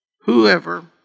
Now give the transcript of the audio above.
whoever